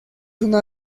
una